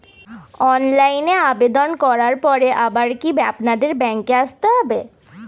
অনলাইনে আবেদন করার পরে আবার কি আপনাদের ব্যাঙ্কে আসতে হবে?